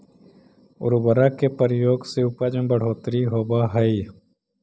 उर्वरक के प्रयोग से उपज में बढ़ोत्तरी होवऽ हई